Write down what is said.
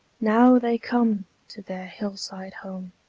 now they come to their hill-side home,